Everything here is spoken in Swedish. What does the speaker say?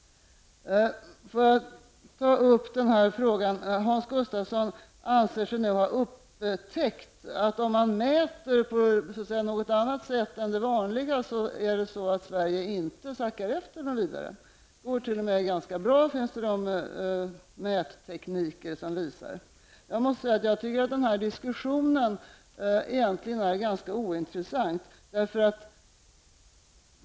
Hans Gustafsson anser sig nu ha upptäckt, att om man mäter på något annat sätt än det vanliga, sackar Sverige inte efter särskilt mycket. Det finns mättekniker som visar att det t.o.m. går ganska bra. Denna diskussion är egentligen ganska ointressant.